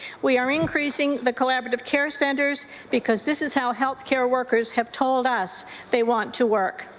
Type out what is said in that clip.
we are increasing the collaborative care centers because this is how health care workers have told us they want to work.